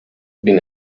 been